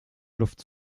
luft